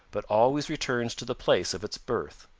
but always returns to the place of its birth.